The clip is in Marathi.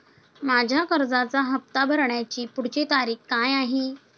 माझ्या कर्जाचा हफ्ता भरण्याची पुढची तारीख काय आहे?